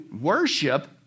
worship